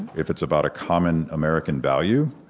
if it's about a common american value,